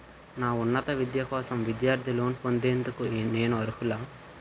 నా ఉన్నత విద్య కోసం విద్యార్థి లోన్ పొందేందుకు నేను అర్హులా?